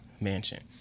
mansion